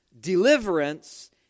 deliverance